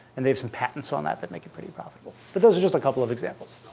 and they have some patents on that that make it pretty profitable. but those are just a couple of examples.